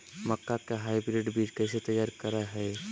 मक्का के हाइब्रिड बीज कैसे तैयार करय हैय?